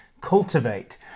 Cultivate